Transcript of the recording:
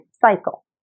cycle